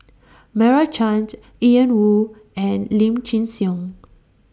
Meira Chand Ian Woo and Lim Chin Siong